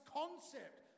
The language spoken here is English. concept